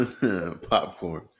popcorn